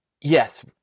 yes